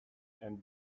and